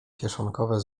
kieszonkowe